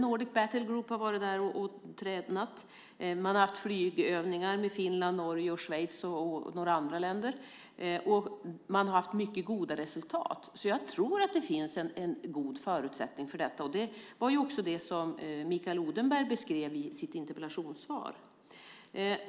Nordic Battle Group har varit där och tränat och man har haft flygövningar tillsammans med Finland, Norge, Schweiz och några andra länder. Man har haft mycket goda resultat, så jag tror att det finns en god förutsättning för detta. Det var också det som Mikael Odenberg beskrev i sitt interpellationssvar.